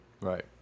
right